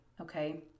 okay